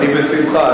אני בשמחה.